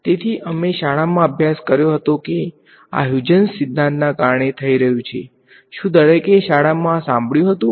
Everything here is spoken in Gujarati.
તેથી અમે શાળામાં અભ્યાસ કર્યો હતો કે આ હ્યુજીન્સ સિદ્ધાંતને કારણે થઈ રહ્યું છે શું દરેકે શાળામાં આ સાંભળ્યુ હતુ